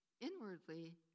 inwardly